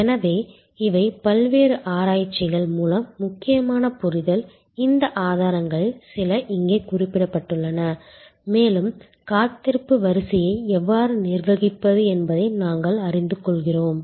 எனவே இவை பல்வேறு ஆராய்ச்சிகள் மூலம் முக்கியமான புரிதல் இந்த ஆதாரங்களில் சில இங்கே குறிப்பிடப்பட்டுள்ளன மேலும் காத்திருப்பு வரியை எவ்வாறு நிர்வகிப்பது என்பதை நாங்கள் அறிந்து கொள்கிறோம்